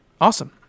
Awesome